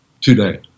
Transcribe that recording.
today